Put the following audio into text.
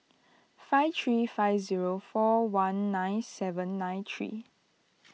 five three five zero four one nine seven nine three